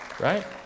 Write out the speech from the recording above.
Right